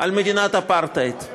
על מדינת אפרטהייד.